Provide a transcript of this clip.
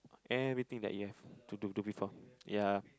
everything that you have to do do before ya